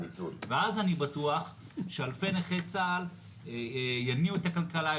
ואז אני בטוח שאלפי נכי צה"ל יניעו את הכלכלה,